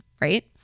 right